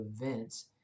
events